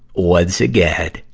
once again,